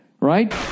Right